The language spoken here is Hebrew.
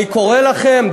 אני קורא לכם,